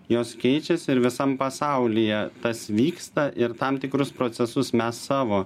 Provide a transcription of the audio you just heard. jos keičiasi ir visam pasaulyje tas vyksta ir tam tikrus procesus mes savo